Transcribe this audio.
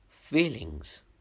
Feelings